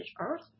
Earth